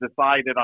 decided